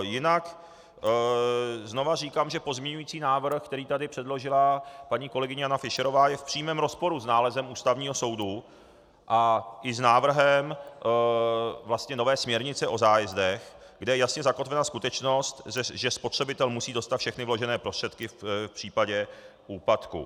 Jinak znova říkám, že pozměňovací návrh, který tady předložila paní kolegyně Jana Fischerová, je v přímém rozporu s nálezem Ústavního soudu a i s návrhem nové směrnice o zájezdech, kde je jasně zakotvena skutečnost, že spotřebitel musí dostat všechny vložené prostředky v případě úpadku.